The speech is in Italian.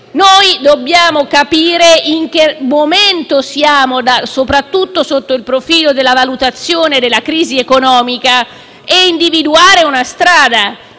dobbiamo capire in che momento siamo, soprattutto sotto il profilo della valutazione della crisi economica, e individuare una strada.